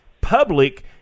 public